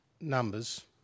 numbers